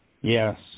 Yes